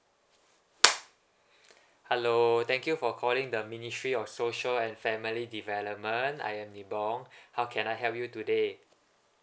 hello thank you for calling the ministry of social and family development I am ni bong how can I help you today